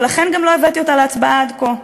ולכן גם לא הבאתי אותה להצבעה עד כה.